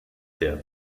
der